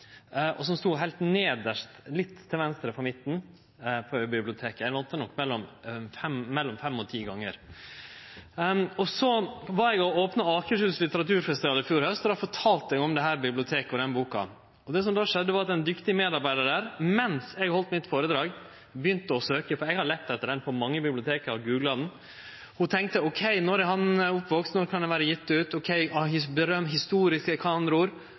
og som stod heilt nedst, litt til venstre for midten. Eg lånte henne nok mellom fem og ti gonger. Eg var og opna Litteraturfestivalen i Akershus i fjor haust, og då fortalde eg om dette biblioteket og denne boka. Det som då skjedde, var at ein dyktig medarbeidar, mens eg heldt føredraget mitt, begynte å søkje – eg har leitt etter den boka på mange bibliotek og googla henne. Ho tenkte OK, når er han oppvaksen, når kan boka vere gjeve ut,